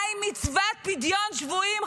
מה עם מצוות פדיון שבויים,